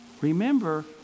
remember